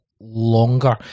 longer